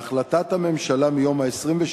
בהחלטת הממשלה מיום 26